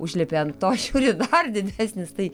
užlipi ant to žiūri dar didesnis tai